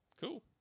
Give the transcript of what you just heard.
cool